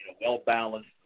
well-balanced